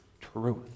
truth